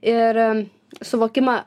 ir suvokimą